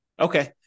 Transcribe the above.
Okay